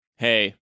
Hey